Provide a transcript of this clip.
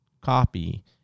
copy